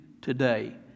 today